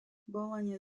bolenie